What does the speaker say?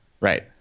Right